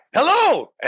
Hello